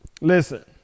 Listen